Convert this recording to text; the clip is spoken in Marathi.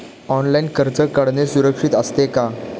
ऑनलाइन कर्ज काढणे सुरक्षित असते का?